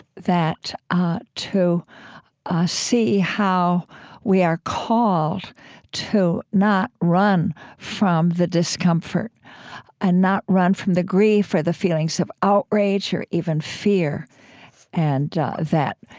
ah to see how we are called to not run from the discomfort and not run from the grief or the feelings of outrage or even fear and that,